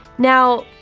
now,